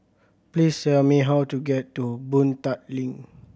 please tell me how to get to Boon Tat Link